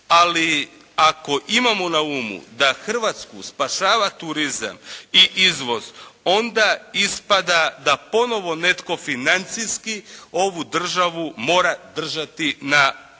ali ako imamo na umu da Hrvatsku spašava turizam i izvoz onda ispada da ponovo netko financijski ovu državu mora držati na okupu